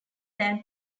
than